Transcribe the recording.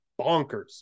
bonkers